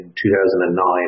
2009